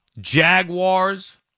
Jaguars